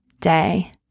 day